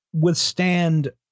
withstand